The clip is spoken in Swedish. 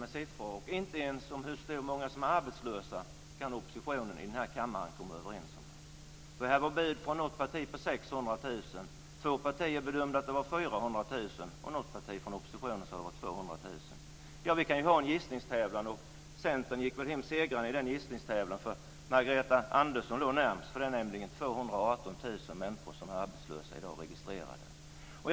I stället använde man sig av ett ständigt tricksande med siffror. Oppositionen i kammaren kan inte ens komma överens om hur många som är arbetslösa. Det fanns ett bud på 600 000 från något parti. I två partier bedömde man att det var 400 000, medan ett annat parti sade att det var 200 000. I denna gissningstävlan tog Centern hem segern, eftersom Margareta Andersson låg närmast. Det finns nämligen 218 000 människor som är registrerade som arbetslösa i dag.